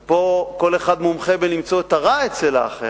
פה כל אחד מומחה בלמצוא את הרע אצל האחר.